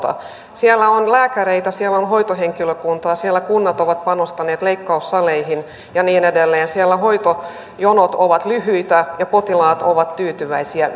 siellä on lääkäreitä siellä on hoitohenkilökuntaa siellä kunnat ovat panostaneet leikkaussaleihin ja niin edelleen siellä hoitojonot ovat lyhyitä ja potilaat ovat tyytyväisiä